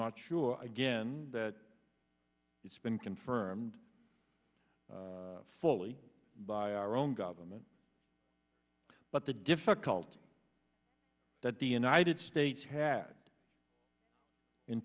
not sure again that it's been confirmed fully by our own government but the difficulty that the united states had in